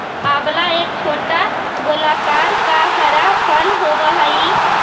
आंवला एक छोटा गोलाकार का हरा फल होवअ हई